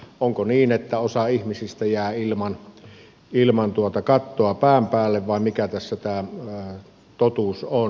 onko niin että osa ihmisistä jää ilman kattoa pään päälle vai mikä tässä tämä totuus on